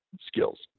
skills